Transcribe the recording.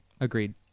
Agreed